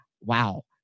wow